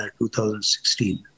2016